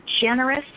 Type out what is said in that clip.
generous